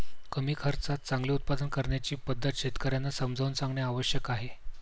कमी खर्चात चांगले उत्पादन करण्याची पद्धत शेतकर्यांना समजावून सांगणे आवश्यक आहे